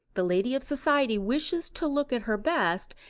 the lady of society wishes to look at her best,